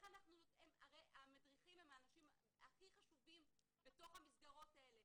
הרי המדריכים הם האנשים הכי חשובים בתוך המסגרות האלה,